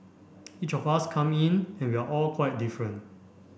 each of us come in and we are all quite different